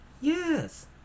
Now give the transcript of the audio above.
Yes